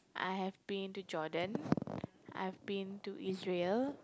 I have been to Jordan I have been to Israel